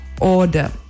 order